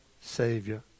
Savior